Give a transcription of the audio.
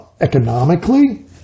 economically